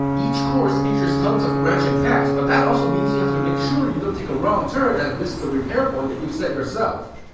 each course features tons of branching paths, but that also means you have to make sure you don't take a wrong turn and miss the repair point that you've set yourself.